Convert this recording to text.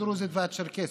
הדרוזית והצ'רקסית.